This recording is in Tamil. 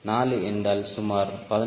4 என்றால் சுமார் 14